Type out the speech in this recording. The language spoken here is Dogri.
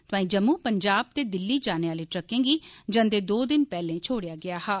तोआईं जम्मू पंजाब ते दिल्ली जाने आले ट्रकें गी जंदे दो दिन पैहलें छोड़ेआ गेया हा